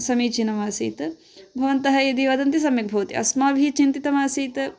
समीचीनम् आसीत् भवन्तः यदि वदन्ति सम्यक् भवति अस्माभिः चिन्तितमासीत्